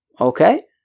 Okay